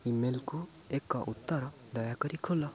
ଇମେଲ୍କୁ ଏକ ଉତ୍ତର ଦୟାକରି ଖୋଲ